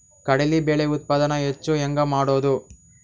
ಕಡಲಿ ಬೇಳೆ ಉತ್ಪಾದನ ಹೆಚ್ಚು ಹೆಂಗ ಮಾಡೊದು?